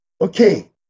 Okay